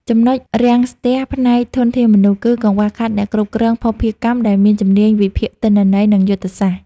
ចំណុចរាំងស្ទះផ្នែកធនធានមនុស្ស គឺកង្វះខាតអ្នកគ្រប់គ្រងភស្តុភារកម្មដែលមានជំនាញវិភាគទិន្នន័យ និងយុទ្ធសាស្ត្រ។